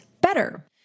better